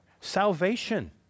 salvation